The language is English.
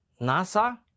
NASA